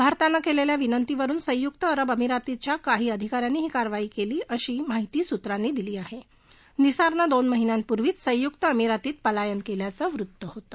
भारतानं क्विख्वा विनंतीवरून संयुक अरब अमिरातीच्या अधिकाऱ्यांनी ही कार्यवाही कल्ली अशी माहिती सुत्रांनी दिली आहा निसारनं दोन महिन्यांपूर्वीच संयुक्त अमिरातीत पलायन कल्पाचं वृत्त होतं